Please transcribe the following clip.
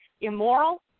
immoral